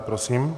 Prosím.